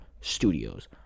studios